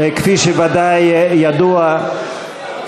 כפי שוודאי ידוע,